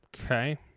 Okay